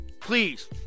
Please